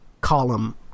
column